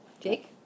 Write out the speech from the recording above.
Jake